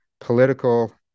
political